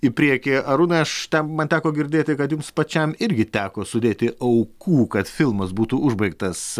į priekį arūnai aš ten man teko girdėti kad jums pačiam irgi teko sudėti aukų kad filmas būtų užbaigtas